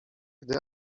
gdy